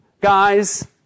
Guys